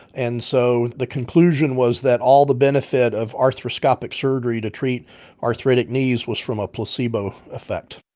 and so the conclusion was that all the benefit of arthroscopic surgery to treat arthritic knees was from a placebo effect